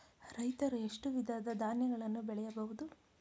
ರೈತರು ಎಷ್ಟು ವಿಧದ ಧಾನ್ಯಗಳನ್ನು ಬೆಳೆಯಬಹುದು?